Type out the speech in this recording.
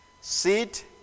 Sit